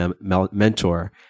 mentor